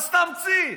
אז תמציא.